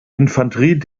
infanterie